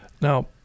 Now